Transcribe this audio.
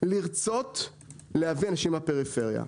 לרצות להביא אנשים מהפריפריה?